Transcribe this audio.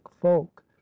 folk